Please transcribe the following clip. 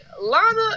Lana